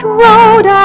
road